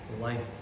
life